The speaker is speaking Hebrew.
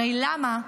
הרי למה,